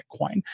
Bitcoin